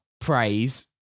praise